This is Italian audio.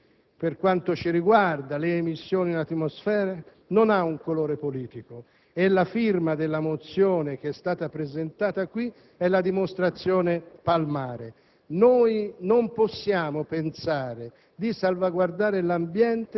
di anidride carbonica. La salvaguardia dell'ambiente - quindi, per quanto ci riguarda, le emissioni in atmosfera - non ha un colore politico e la firma della mozione n. 39, che è stata presentata qui, ne è la dimostrazione palmare.